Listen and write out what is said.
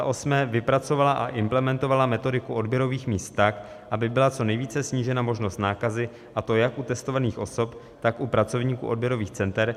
8. vypracovala a implementovala metodiku odběrových míst tak, aby byla co nejvíce snížena možnost nákazy, a to jak u testovaných osob, tak u pracovníků odběrových center;